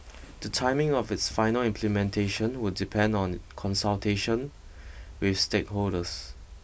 the timing of its final implementation would depend on consultation with stakeholders